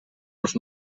nos